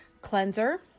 Cleanser